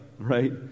right